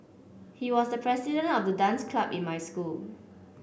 he was the president of the dance club in my school